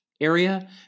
area